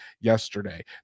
yesterday